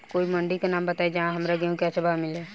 कोई मंडी के नाम बताई जहां हमरा गेहूं के अच्छा भाव मिले?